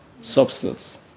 substance